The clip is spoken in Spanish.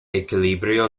equilibrio